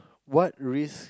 what risk